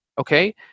okay